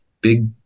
big